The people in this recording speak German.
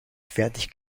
fertig